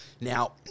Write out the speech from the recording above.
Now